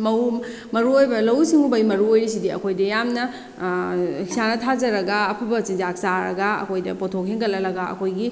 ꯃꯔꯨ ꯑꯣꯏꯕ ꯂꯧꯎ ꯁꯤꯡꯎꯕꯒꯤ ꯃꯔꯨ ꯑꯣꯏꯔꯤꯁꯤꯗꯤ ꯑꯩꯈꯣꯏꯗ ꯌꯥꯝꯅ ꯏꯁꯥꯅ ꯊꯥꯖꯔꯒ ꯑꯐꯕ ꯆꯤꯟꯖꯥꯛ ꯆꯥꯔꯒ ꯑꯩꯈꯣꯏꯗ ꯄꯣꯠꯊꯣꯛ ꯍꯦꯟꯒꯠ ꯍꯜꯂꯒ ꯑꯩꯈꯣꯏꯒꯤ